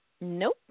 Nope